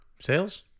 Sales